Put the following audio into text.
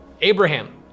Abraham